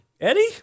Eddie